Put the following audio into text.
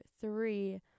three